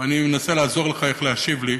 ואני מנסה לעזור לך איך להשיב לי,